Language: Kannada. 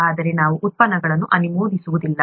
ಆದರೆ ನಾವು ಉತ್ಪನ್ನಗಳನ್ನು ಅನುಮೋದಿಸುವುದಿಲ್ಲ